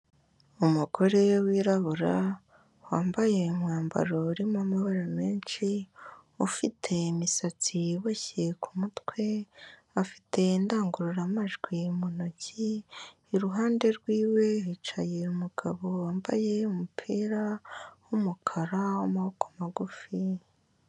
Umugore wirabura wambaye umwambaro urimo amabara menshi, ufite imisatsi iboshye ku mutwe, afite indangururamajwi mu ntoki, iruhande rwiwe hicaye umugabo wambaye umupira w'umukara w'amaboko magufi.